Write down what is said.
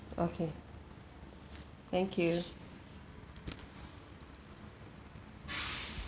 okay thank you